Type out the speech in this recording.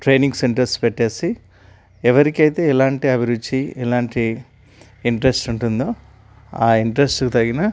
training centres పెట్టేసి ఎవరికైతే ఇలాంటి అభిరుచి ఇలాంటి ఇంట్రెస్ట్ ఉంటుందో ఆ ఇంట్రెస్ట్కు తగిన